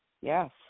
Yes